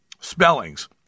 spellings